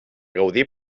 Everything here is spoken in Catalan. gaudí